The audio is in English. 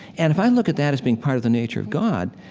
and if i look at that as being part of the nature of god,